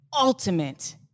ultimate